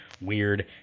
weird